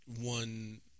one